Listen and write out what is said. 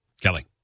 Kelly